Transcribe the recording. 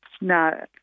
no